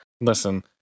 Listen